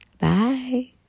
Bye